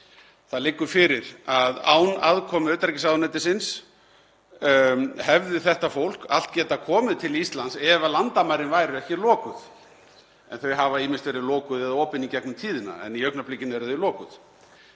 Það liggur fyrir að án aðkomu utanríkisráðuneytisins hefði þetta fólk allt getað komið til Íslands ef landamærin væru ekki lokuð. Þau hafa ýmist verið lokuð eða opin í gegnum tíðina en í augnablikinu eru þau lokuð.